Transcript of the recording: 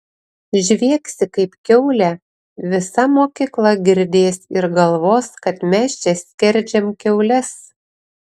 žviegsi kaip kiaulė visa mokykla girdės ir galvos kad mes čia skerdžiam kiaules